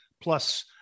plus